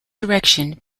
direction